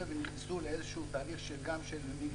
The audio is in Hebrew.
ונכנסו לאיזשהו תהליך גם של מגננה.